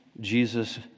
Jesus